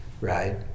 right